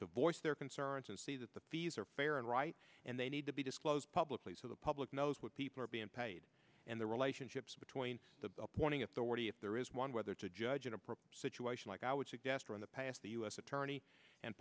to voice their concerns and see that the fees are fair and right and they need to be disclosed publicly so the public knows what people are being paid and the relationships between the appointing authority if there is one whether to judge an appropriate situation like i would suggest or in the past the u s attorney and